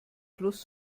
fluss